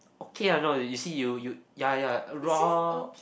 okay ah no you see you you ya ya raw